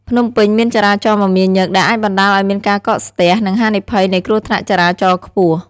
ភ្នំពេញមានចរាចរណ៍មមាញឹក ដែលអាចបណ្ដាលឲ្យមានការកកស្ទះ និងហានិភ័យនៃគ្រោះថ្នាក់ចរាចរណ៍ខ្ពស់។